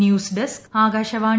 news desk Akashvani